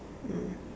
mm